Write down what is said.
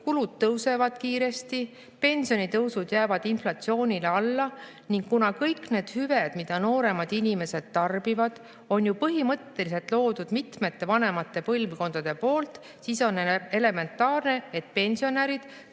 kulud tõusevad kiiresti ja pensionitõusud jäävad inflatsioonile alla. Kuna kõik need hüved, mida nooremad inimesed tarbivad, on ju põhimõtteliselt loodud mitmete vanemate põlvkondade poolt, siis on elementaarne, et pensionärid,